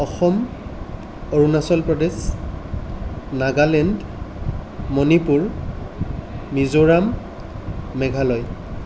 Assam Arunachal Pradesh Nagaland Manipur Mizoram Meghalaya